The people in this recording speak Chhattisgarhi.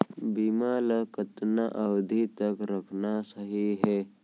बीमा ल कतना अवधि तक रखना सही हे?